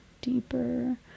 deeper